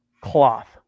cloth